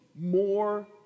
more